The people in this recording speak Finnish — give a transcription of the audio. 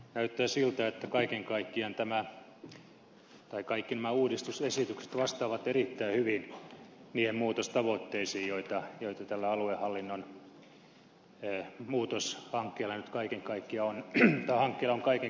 näyttää siltä että kaikki nämä uudistusesitykset vastaavat erittäin hyvin niihin muutostavoitteisiin mitä tälle aluehallinnon muutoshankkeelle nyt kaiken kaikkiaan asetettu